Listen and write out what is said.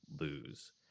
lose